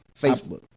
Facebook